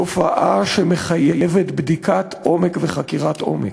תופעה שמחייבת בדיקת עומק וחקירת עומק.